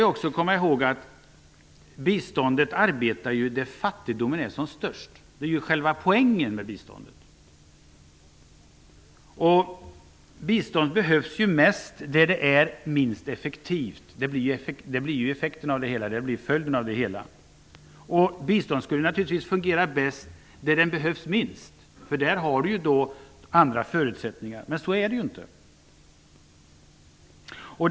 Vi skall komma ihåg att biståndet ges till de länder där fattigdomen är som störst. Det är själva poängen med biståndet. Biståndet behövs mest där det är minst effektivt. Det blir följden av det hela. Biståndet skulle naturligtvis fungera bäst där det behövs minst. Där finns ju andra förutsättningar. Men så fungerar det inte.